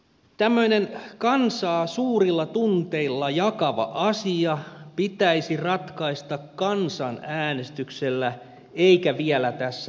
tämmöinen kansaa suurilla tunteilla jakava asia pitäisi ratkaista kansanäänestyksellä eikä vielä tässä salissa